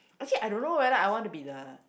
actually I don't know whether I want to be the